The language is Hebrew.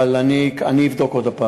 אבל אני אבדוק שוב.